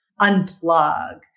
unplug